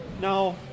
Now